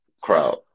crowd